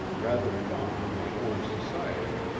rather fond of my own society,